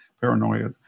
paranoia